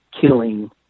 killing